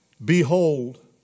Behold